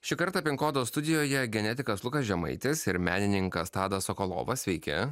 šį kartą pin kodo studijoje genetikas lukas žemaitis ir menininkas tadas sokolovas sveiki